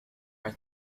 are